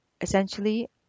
Essentially